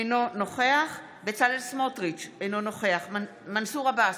אינו נוכח בצלאל סמוטריץ' אינו נוכח מנסור עבאס,